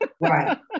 Right